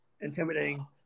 intimidating